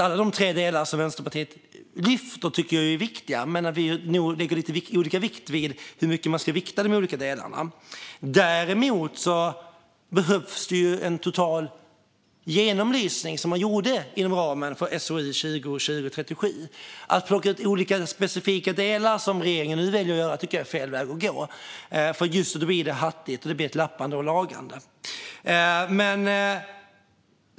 Alla de tre delar som Vänsterpartiet lyfter fram är viktiga, men vi lägger lite olika värde i hur de olika delarna ska viktas. Däremot behövs det en total genomlysning, som gjordes inom ramen för SOU 2020:37. Att plocka ut olika specifika delar, som regeringen nu väljer att göra, tycker jag är fel väg att gå. Då blir det hattigt och ett lappande och lagande.